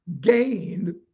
gained